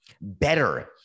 better